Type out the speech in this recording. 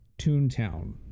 Toontown